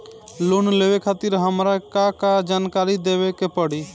Loan लेवे खातिर हमार का का जानकारी देवे के पड़ी?